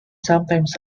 sometimes